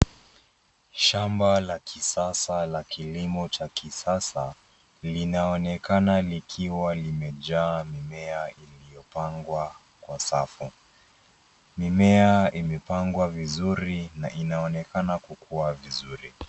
Shamba la kisasa la kilimo cha kisasa linaonekana likiwa limejaa mimea iliyopangwa kwa safu. Mimea imepangwa vizuri na inaonekana kukua vizuri.